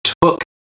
took